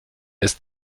ist